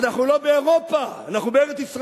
אנחנו לא באירופה, אנחנו בארץ-ישראל.